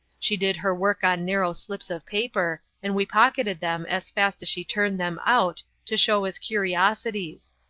she did her work on narrow slips of paper, and we pocketed them as fast as she turned them out, to show as curiosities.